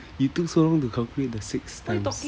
you took so long to calculate the six times